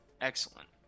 Excellent